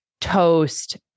toast